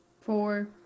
Four